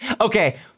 Okay